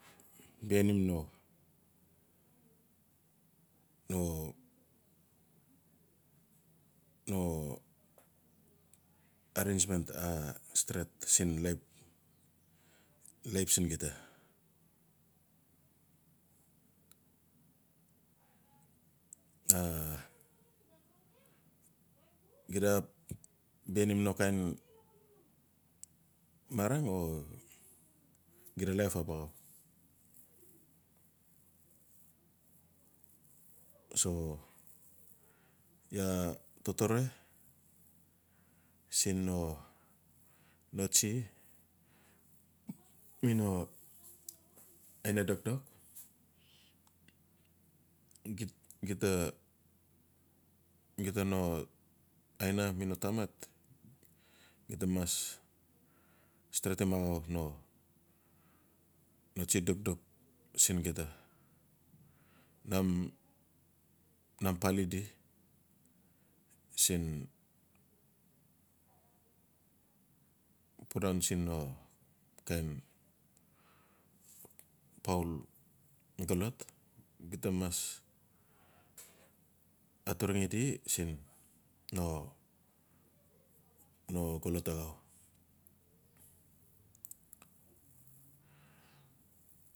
Bianim no-no-no arrangement axap stret siin laip siin gita. A gita xap bianim no kain marang o gita laip ap axau. So iaa totore siin no tsi. mi no aina dokdok. gita no aina mino tamat gita mas stret axau no tsi dokdok siin gita. Numpali di siin pudaun siin no kain poul xolot. gita mas aturungi di siin no-no oxot axau.